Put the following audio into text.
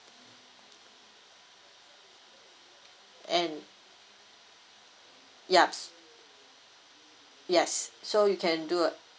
and yes yes so you can do a